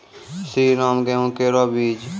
श्रीराम गेहूँ केरो बीज?